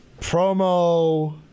Promo